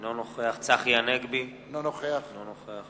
אינו נוכח צחי הנגבי, אינו נוכח